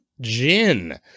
gin